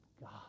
God